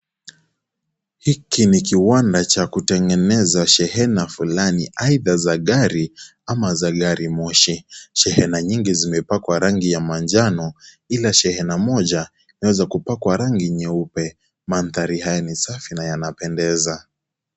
Hiki ni kiwanda cha kutengeneza shehena fulani aidha za gari ama za gari moshi, shehena nyingi zimepakwa rangi ya manjano ila shehena moja imeweza kupakwa rangi nyeupe, mandhari haya ni safi na yanapendeza.